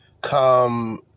come